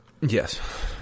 yes